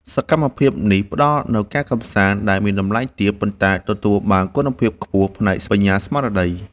សកម្មភាពនេះផ្ដល់នូវការកម្សាន្តដែលមានតម្លៃទាប ប៉ុន្តែទទួលបានគុណភាពខ្ពស់ផ្នែកបញ្ញាស្មារតី។